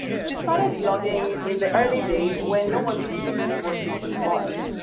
she started blogging in the early days, when no one really knew what blogging was,